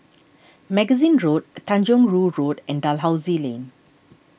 Magazine Road Tanjong Rhu Road and Dalhousie Lane